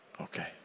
Okay